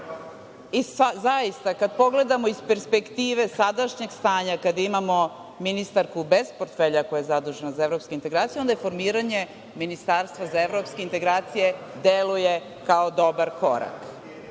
Zaista, kada pogledamo iz perspektive sadašnjeg stanja, kada imamo ministarku bez portfelja koja je zadužena za evropske integracije, onda formiranje ministarstva za evropske integracije deluje kao dobar korak.